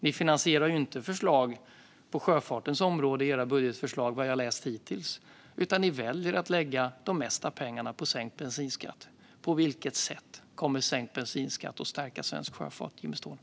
Ni finansierar inte förslag på sjöfartens område i era budgetförslag, enligt vad jag har läst hittills, utan ni väljer att lägga det mesta av pengarna på sänkt bensinskatt. På vilket sätt kommer sänkt bensinskatt att stärka svensk sjöfart, Jimmy Ståhl?